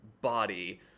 body